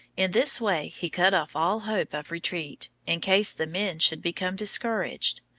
in this way he cut off all hope of retreat, in case the men should become discouraged.